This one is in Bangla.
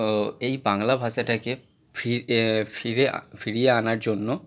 ও এই বাংলা ভাষাটাকে ফি ফিরে আ ফিরিয়ে আনার জন্য